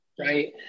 right